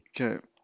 okay